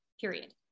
period